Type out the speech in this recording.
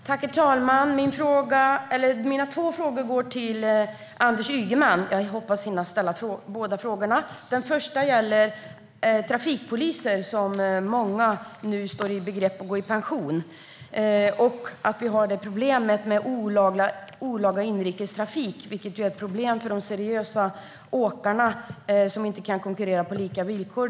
Herr talman! Mina två frågor går till Anders Ygeman. Jag hoppas hinna ställa båda frågorna. Den första gäller trafikpoliser, varav många nu står i begrepp att gå i pension. Vi har också problemet med olaglig inrikestrafik, vilket drabbar de seriösa åkarna som inte kan konkurrera på lika villkor.